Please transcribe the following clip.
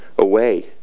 away